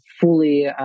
fully